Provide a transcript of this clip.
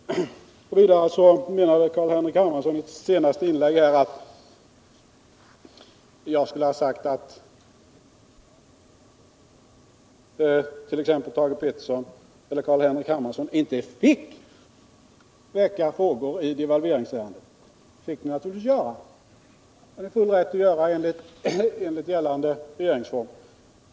Vidare menade C.-H. Hermansson i sitt senaste inlägg att jag skulle ha sagt att t.ex. Thage Peterson eller C.-H. Hermansson inte fick framställa frågor i devalveringsärendet. Det fick ni naturligtvis göra! Ni har full rätt till det enligt gällande regeringsform.